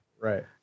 right